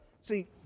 see